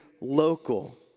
local